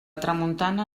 tramuntana